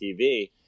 TV